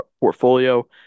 portfolio